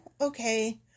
Okay